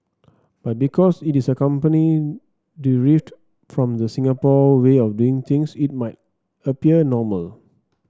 but because it is a company derived from the Singapore way of doing things it might appear normal